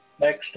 Next